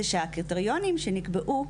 זה שהקריטריונים שנקבעו,